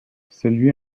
celui